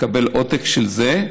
לקבל עותק של זה.